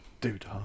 Dude